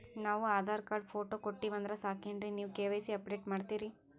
ನಾವು Aadhaar card, photo ಕೊಟ್ಟೀವಂದ್ರ ಸಾಕೇನ್ರಿ ನೀವ ಕೆ.ವೈ.ಸಿ ಅಪಡೇಟ ಮಾಡ್ತೀರಿ?